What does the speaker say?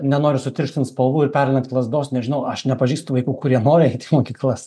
nenoriu sutirštint spalvų ir perlenkt lazdos nežinau aš nepažįstu vaikų kurie nori eit į mokyklas